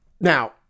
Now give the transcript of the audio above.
Now